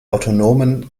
autonomen